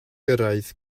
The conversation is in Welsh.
gyrraedd